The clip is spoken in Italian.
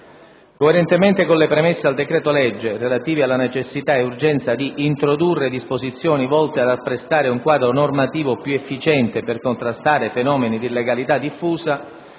Coerentemente con le premesse al decreto-legge, relative alla necessità e urgenza «di introdurre disposizioni volte ad apprestare un quadro normativo più efficiente per contrastare fenomeni di illegalità diffusa»,